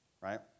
right